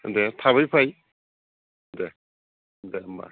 दे थाबै फै दे दे होमबा